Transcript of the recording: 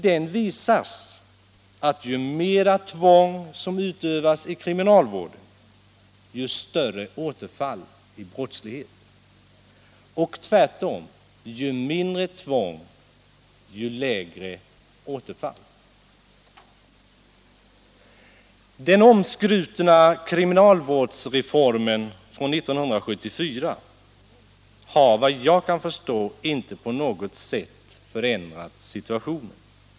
Den visar att ju mera tvång som utövas i kriminalvården, desto större blir antalet återfall i brottslighet. Och tvärtom, ju mindre tvång, desto lägre blir antalet återfall. Den omskrutna kriminalvårdsreformen från 1974 har vad jag kan förstå inte på något sätt förändrat situationen.